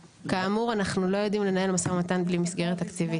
כאמור אנחנו לא יודעים לנהל משא ומתן בלי מסגרת תקציבית.